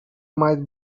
might